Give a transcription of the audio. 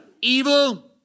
Evil